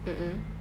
mm mm